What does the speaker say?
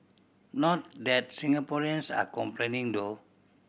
not that Singaporeans are complaining though